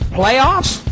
playoffs